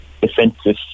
defensive